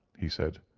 he said.